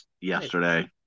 yesterday